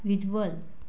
visual